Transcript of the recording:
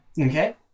Okay